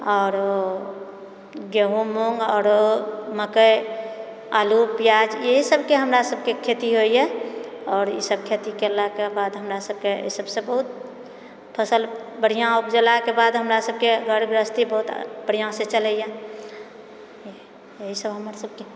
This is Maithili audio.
आरो गेहूँ मूंग आरो मकइ आलू प्याज इएह सभकेँ हमरा सभकेँ खेती होइए आओर ई सभ खेती करलाकऽ बाद हमरा सभकेँ अय सभसँ बहुत फसल बढ़िआँ उपजैलाके बाद हमरा सभकेँ घर गृहस्थी बहुत बढ़िआँ से चलैए एहि सभ हमर सभकेँ